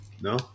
No